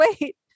wait